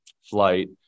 flight